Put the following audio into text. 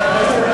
חבר הכנסת